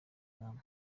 w’umwami